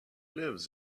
lives